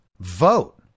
vote